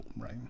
right